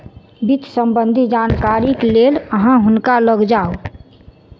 वित्त सम्बन्धी जानकारीक लेल अहाँ हुनका लग जाऊ